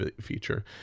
feature